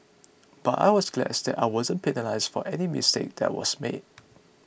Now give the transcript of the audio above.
but I was glass that I wasn't penalised for any mistake that was made